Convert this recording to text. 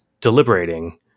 deliberating